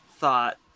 thought